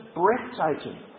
breathtaking